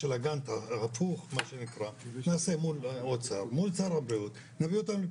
הפוך מה שנקרא נעשה מול האוצר מול שר הבריאות,